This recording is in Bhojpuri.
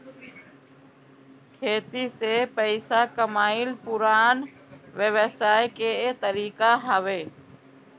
खेती से पइसा कमाइल पुरान व्यवसाय के तरीका हवे